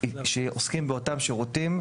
שעוסקים באותם שירותים,